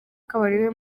kabarebe